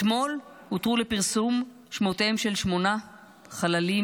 אתמול הותרו לפרסום שמותיהם של שמונה חללים,